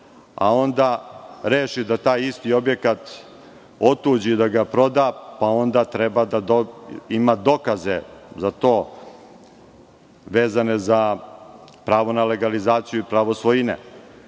a onda reši da taj isti objekat otuđi, da ga proda, pa onda treba da ima dokaze za to, vezane za pravo na legalizaciju i pravo svojine. Onda